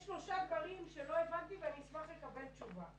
יש שלושה דברים שלא הבנתי ואני אשמח לקבל תשובה.